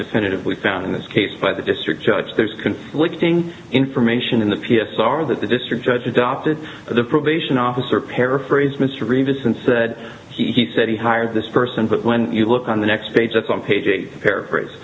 definitively found in this case by the district judge there's conflicting information in the p s r that the district judge adopted the probation officer paraphrase mr reavis and said he said he hired this person but when you look on the next page that's on page a paraphrase